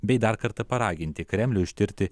bei dar kartą paraginti kremlių ištirti